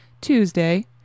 tuesday